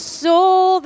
soul